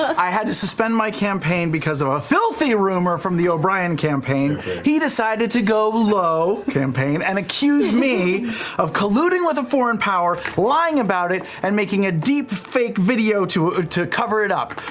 i had to suspend my campaign because of a filthy rumor from the o'brien campaign. he decided to go low, campaign, and accuse me of colluding with a foreign power, lying about it, and making a deepfake video to ah to cover it up,